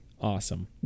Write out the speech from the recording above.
Awesome